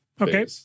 Okay